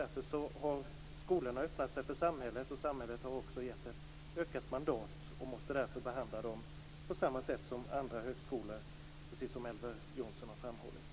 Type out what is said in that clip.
Därför har skolorna öppnat sig för samhället. Samhället har också gett ett ökat mandat och måste därför behandla dem på samma sätt som andra högskolor, precis som Elver Jonsson har framhållit.